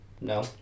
No